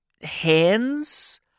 hands